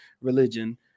religion